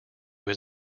his